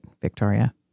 Victoria